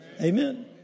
Amen